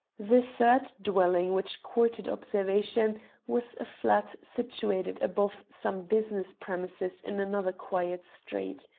the third dwelling which courted observation was a flat situated above some business premises in another quiet street.